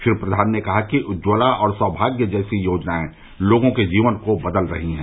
श्री प्रधान ने कहा कि उज्जवला और सौभाग्य जैसी योजनाएं लोगों के जीवन को बदल रही हैं